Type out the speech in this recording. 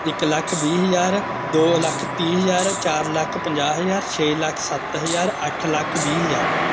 ਇੱਕ ਲੱਖ ਵੀਹ ਹਜ਼ਾਰ ਦੋ ਲੱਖ ਤੀਹ ਹਜ਼ਾਰ ਚਾਰ ਲੱਖ ਪੰਜਾਹ ਹਜ਼ਾਰ ਛੇ ਲੱਖ ਸੱਤ ਹਜ਼ਾਰ ਅੱਠ ਲੱਖ ਵੀਹ ਹਜ਼ਾਰ